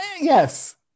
yes